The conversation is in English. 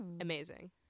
Amazing